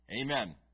Amen